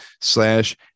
slash